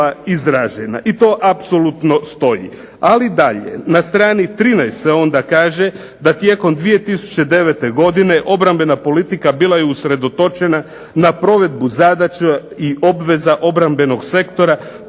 i to apsolutno stoji. Ali dalje na strani 13. se onda kaže da tijekom 2009. godine obrambena politika bila je usredotočena na provedbu zadaća i obveza obrambenog sektora